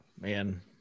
Man